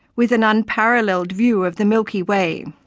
with an unparalleled view of the milky way.